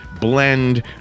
blend